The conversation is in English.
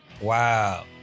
wow